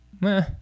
meh